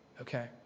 Okay